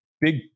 big